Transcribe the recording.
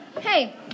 Hey